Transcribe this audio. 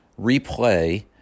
replay